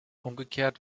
umgekehrt